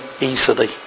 easily